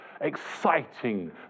exciting